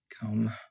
Come